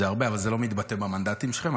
זה הרבה, אבל זה לא מתבטא במנדטים שלכם.